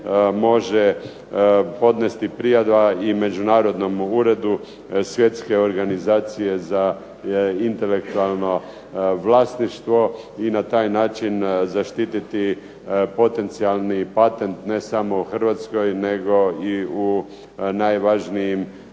može podnijeti prijava i Međunarodnom uredu svjetske organizacije za intelektualno vlasništvo. I na taj način zaštiti potencijalni patent ne samo u Hrvatskoj nego i u najvažnijim